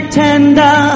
tender